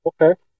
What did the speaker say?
Okay